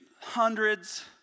hundreds